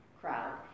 crowd